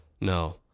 No